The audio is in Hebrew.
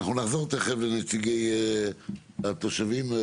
אנחנו נחזור לנציגי התושבים.